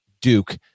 Duke